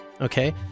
okay